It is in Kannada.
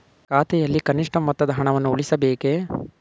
ಖಾತೆಯಲ್ಲಿ ಕನಿಷ್ಠ ಮೊತ್ತದ ಹಣವನ್ನು ಉಳಿಸಬೇಕೇ?